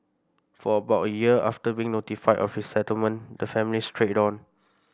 for about a year after being notified of resettlement the family straight on